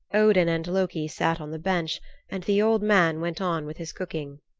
odin and loki sat on the bench and the old man went on with his cooking.